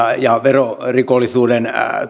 ja verorikollisuuden